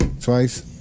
twice